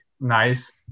nice